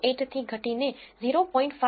628 થી ઘટીને 0